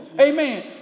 Amen